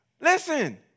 Listen